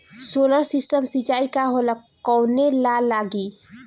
Solar system सिचाई का होला कवने ला लागी?